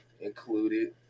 included